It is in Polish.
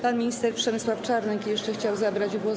Pan minister Przemysław Czarnek jeszcze chciał zabrać głos.